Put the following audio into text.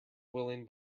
willing